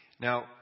Now